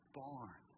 barn